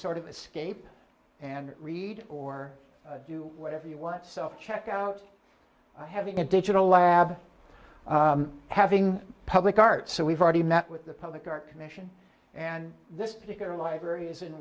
sort of escape and read or do whatever you want self checkout having a digital lab having public art so we've already met with the public our commission and this particular library is in